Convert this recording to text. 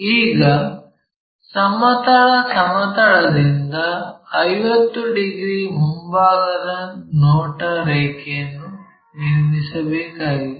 ಈಗ ಸಮತಲ ಸಮತಲದಿಂದ 50 ಡಿಗ್ರಿ ಮುಂಭಾಗದ ನೋಟ ರೇಖೆಯನ್ನು ನಿರ್ಮಿಸಬೇಕಾಗಿದೆ